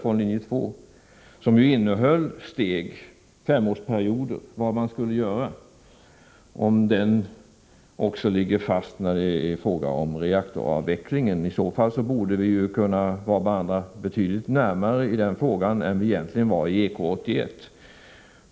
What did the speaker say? Det rörde sig ju här om ett handlingsprogram omfattande femoch tioårsperioder. Ligger detta program fast även då det gäller reaktoravvecklingen? Om så är fallet borde vi kunna vara varandra betydligt närmare beträffande den frågan än vi egentligen var när det gällde EK 81.